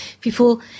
people